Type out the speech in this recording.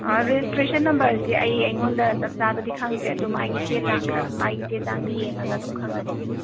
ꯑꯥ registration ꯅꯝꯕꯔꯁꯦ ꯑꯩ ꯑꯩꯉꯣꯟꯗ ꯆꯞ ꯆꯥꯕꯗꯤ ꯈꯪꯗ꯭ꯔꯦ ꯑꯗꯨ ꯃꯥꯒꯤ ꯆꯦ ꯆꯥꯡ ꯈꯔ ꯃꯥꯒꯤ ꯆꯦ ꯆꯥꯡꯗ ꯌꯦꯡꯉꯒ ꯑꯗꯨꯝ ꯈꯪꯒꯅꯤ